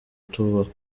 tubaho